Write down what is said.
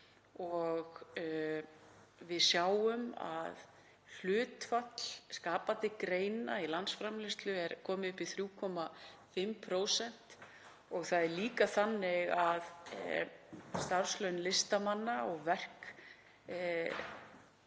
og við sjáum að hlutfall skapandi greina í landsframleiðslu er komið upp í 3,5%. Það er líka þannig að starfslaun listamanna og verk